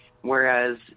whereas